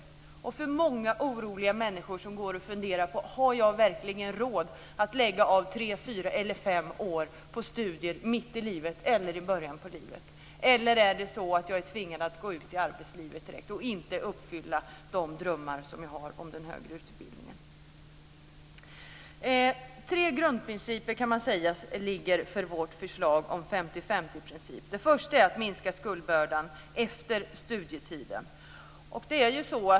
Det skulle underlätta för många oroliga människor som går och funderar på om de verkligen har råd att sätta av tre fyra fem år till studier mitt i livet eller i början på livet, eller om de är tvingade att gå ut i arbetslivet direkt och inte uppfylla de drömmar som de har om den högre utbildningen. Man kan säga att vårt förslag om 50-50-principen har tre grundprinciper. Den första är att minska skuldbördan efter studietiden.